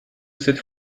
cette